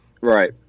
Right